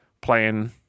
playing